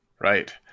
Right